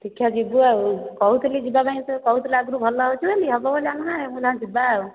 ଦେଖିବା ଯିବୁ ଆଉ କହୁଥିଲି ଯିବା ପାଇଁ ସେ କହୁଥିଲା ଆଗରୁ ଭଲ ଲାଗୁଥିଲା ବୋଲି ଆମ ଗାଁରେ ମୁଁ କହିଲି ଯିବା ଆଉ